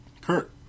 Kurt